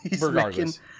regardless